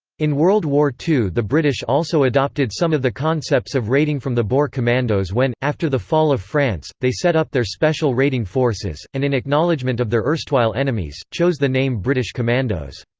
in world war ii the british also adopted some of the concepts of raiding from the boer commandos when, after the fall of france, they set up their special raiding forces, and in acknowledgement of their erstwhile enemies, chose the name british commandos.